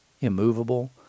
immovable